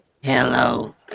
Hello